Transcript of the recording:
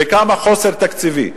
ואיזה חוסר תקציבי יש.